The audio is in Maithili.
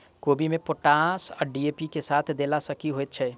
कोबी मे पोटाश आ डी.ए.पी साथ मे देला सऽ की होइ छै?